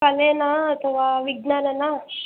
ಕಲೆನಾ ಅಥವಾ ವಿಜ್ಞಾನನಾ